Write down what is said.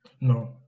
no